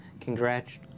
congrats